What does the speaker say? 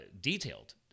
detailed